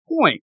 point